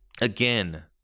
again